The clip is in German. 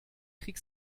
krieg